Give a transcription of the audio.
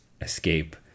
escape